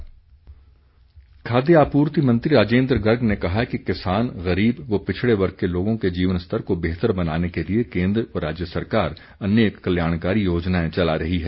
राजेन्द्र गर्ग खाद्य आपूर्ति मंत्री राजेन्द्र गर्ग ने कहा है कि किसान गरीब व पिछड़े वर्ग के लोगों के जीवन स्तर को बेहतर बनाने के लिए केन्द्र व राज्य सरकार अनेक कल्याणकारी योजनाएं चला रही है